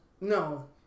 No